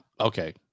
Okay